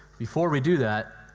before we do that,